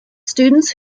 students